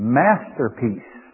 masterpiece